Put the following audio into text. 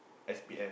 S_P_F